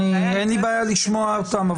אין לי בעיה לשמוע אותם,